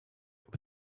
with